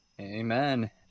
amen